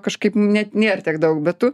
kažkaip net nėr tiek daug bet tu